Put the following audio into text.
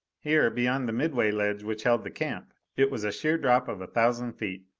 here, beyond the midway ledge which held the camp, it was a sheer drop of a thousand feet,